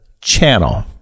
channel